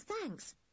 thanks